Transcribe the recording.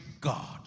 God